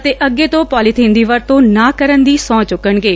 ਅਤੇ ਅੱਗੇ ਤੋਂ ਪੌਲੀਬੀਨ ਦੀ ਵਰਤੋਂ ਨਾ ਕਰਨ ਦੀ ਸਹੁੰ ਚੁਕਣਗੇ